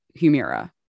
Humira